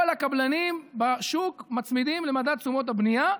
כל הקבלנים בשוק מצמידים למדד תשומות הבנייה.